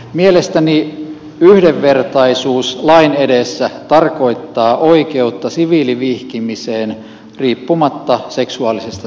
mielestäni yhdenvertaisuus lain edessä tarkoittaa oikeutta siviilivihkimiseen riippumatta seksuaalisesta suuntautumisesta